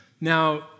Now